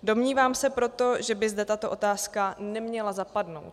Domnívám se proto, že by zde tato otázka neměla zapadnout.